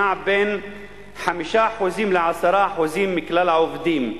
נע בין 5% ל-10% מכלל העובדים.